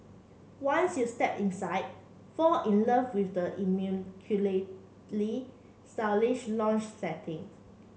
once you step inside fall in love with the immaculately stylish lounge setting